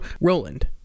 Roland